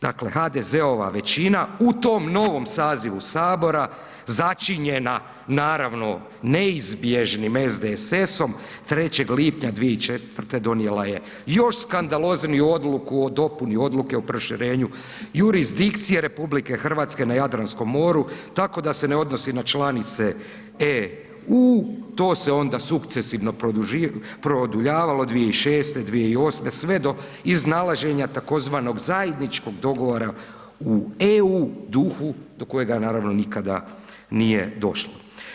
Dakle, HDZ-ova većina u tom novom sazivu HS začinjena, naravno, neizbježnim SDSS-om 3. lipnja 2004. donijela je još skandalozniju odluku o dopuni odluke o proširenju jurisdikcije RH na Jadranskom moru, tako da se ne odnosi na članice EU, to se onda sukcesivno produljavalo 2006., 2008., sve do iznalaženja tzv. zajedničkog dogovora u EU duhu do kojega naravno nikada nije došlo.